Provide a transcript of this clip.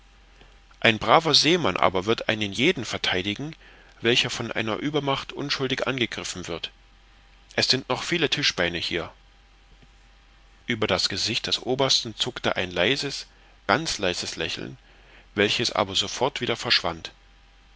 ein braver seemann aber wird einen jeden vertheidigen welcher von einer uebermacht unschuldig angegriffen wird es sind noch viele tischbeine hier ueber das gesicht des obersten zuckte ein leises ganz leises lächeln welches aber sofort wieder verschwand